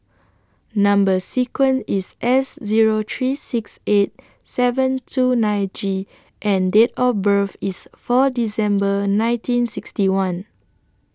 Number sequence IS S Zero three six eight seven two nine G and Date of birth IS four December nineteen sixty one